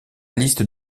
liste